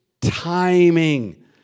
timing